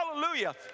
Hallelujah